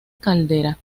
caldera